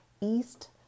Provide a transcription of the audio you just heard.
east